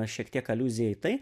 šiek tiek aliuzija į tai